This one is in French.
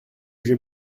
j’ai